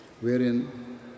wherein